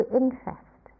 interest